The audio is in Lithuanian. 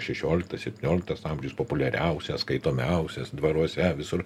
šešioliktas septynioliktas amžius populiariausias skaitomiausias dvaruose visur